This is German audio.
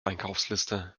einkaufsliste